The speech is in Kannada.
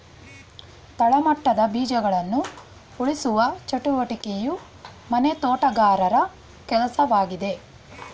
ತಳಮಟ್ಟದ ಬೀಜಗಳನ್ನ ಉಳಿಸುವ ಚಟುವಟಿಕೆಯು ಮನೆ ತೋಟಗಾರರ ಕೆಲ್ಸವಾಗಿದೆ